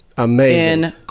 amazing